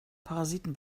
parasiten